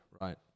right